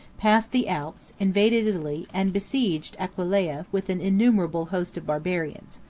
passed the alps, invaded italy, and besieged aquileia with an innumerable host of barbarians.